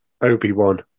obi-wan